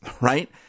right